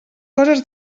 coses